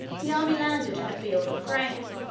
the army landed in a field of grain.